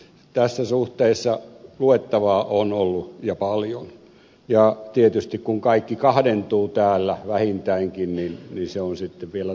tässä suhteessa luettavaa on ollut ja paljon ja tietysti kun kaikki vähintäänkin kahdentuu täällä se on sitten vielä tuplasatsi